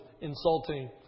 insulting